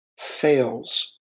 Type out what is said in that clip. fails